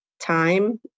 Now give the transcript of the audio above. time